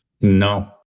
No